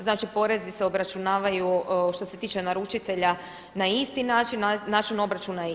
Znači, porezi se obračunavaju što se tiče naručitelja na isti način, način obračuna je isti.